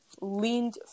leaned